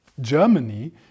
Germany